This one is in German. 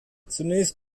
zunächst